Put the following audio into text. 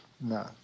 no